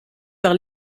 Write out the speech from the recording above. par